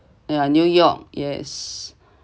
and new york yes